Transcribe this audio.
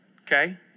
Okay